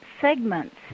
segments